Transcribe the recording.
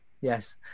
Yes